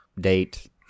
date